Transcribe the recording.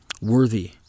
worthy